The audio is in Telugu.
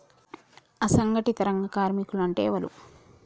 అసంఘటిత రంగ కార్మికులు అంటే ఎవలూ?